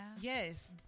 Yes